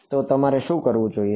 તો તમારે શું કરવું જોઈએ